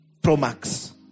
promax